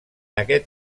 aquest